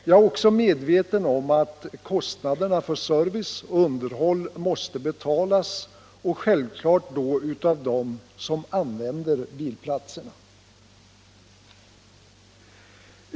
Jag är också medveten om att kostnaderna för service och underhåll måste betalas, och självklart då av dem som använder bilplatserna.